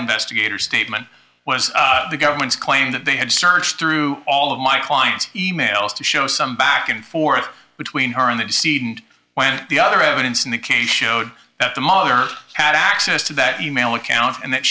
investigator statement was the government's claim that they had to search through all of my client's e mails to show some back and forth between her and the seed and when the other evidence in the case showed that the mother had access to that e mail account and that